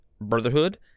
Brotherhood